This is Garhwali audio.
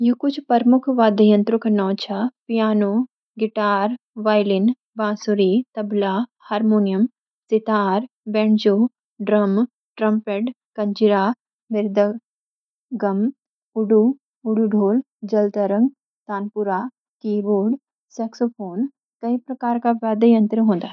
यू कुछ प्रमुख वाद्य यंत्रों का नौ छ: पियानो गिटार वायलिन बांसुरी tabla harmonium sitar banjo drum trumpet kanjira mridangam udu (udu dhol) jaltarang tanpura keyboard saxophone कई प्रकार का वाद्य यंत्र हों दा।